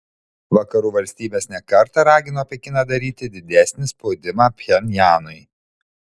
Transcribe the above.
vakarų valstybės ne kartą ragino pekiną daryti didesnį spaudimą pchenjanui